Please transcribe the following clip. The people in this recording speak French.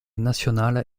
nationale